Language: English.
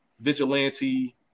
vigilante